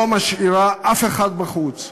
לא משאירה אף אחד בחוץ,